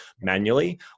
manually